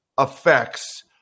effects